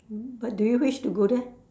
but do you wish to go there